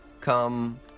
Come